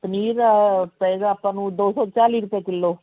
ਪਨੀਰ ਪਏਗਾ ਆਪਾਂ ਨੂੰ ਦੋ ਸੋ ਚਾਲੀ ਰੁਪਏ ਕਿਲੋ